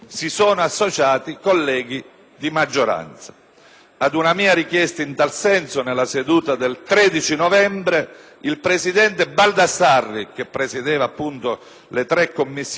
Ad una mia richiesta in tal senso, nella seduta del 13 novembre 2008, il presidente Baldassarri - che presiedeva appunto le tre Commissioni riunite - rispose testualmente: